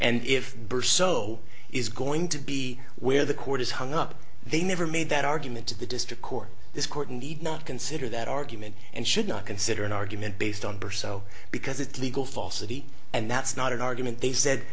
and if burst so is going to be where the court is hung up they never made that argument to the district court this court need not consider that argument and should not consider an argument based on perso because it's legal falsity and that's not an argument they said